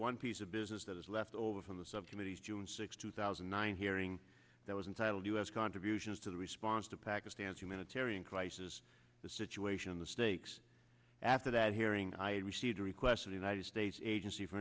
one piece of business that is left over from the subcommittees june sixth two thousand and nine hearing that was entitled u s contributions to the response to pakistan's humanitarian crisis the situation in the stakes after that hearing i received a request of the united states agency for